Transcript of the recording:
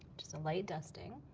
just a light dusting.